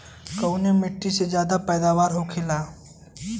कवने मिट्टी में ज्यादा पैदावार होखेला?